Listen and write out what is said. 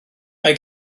mae